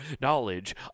knowledge